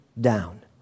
down